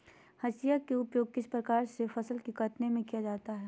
हाशिया का उपयोग किस प्रकार के फसल को कटने में किया जाता है?